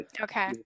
Okay